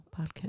podcast